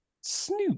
Snoop